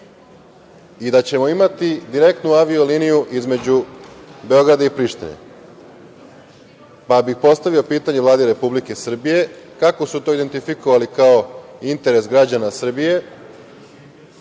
i da ćemo imati direktnu avio-liniju između Beograda i Prištine. Pa bih postavio pitanje Vladi Republike Srbije – kako su to identifikovali kao interes građana Srbije,